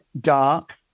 dark